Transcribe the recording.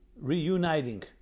reuniting